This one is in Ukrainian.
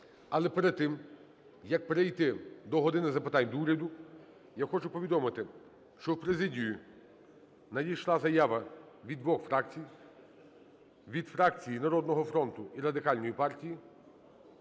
Але перед тим, як перейти до "години запитань до Уряду", я хочу повідомити, що в президію надійшла заява від двох фракцій – від фракції "Народного фронту" і Радикальної партії.